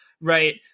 right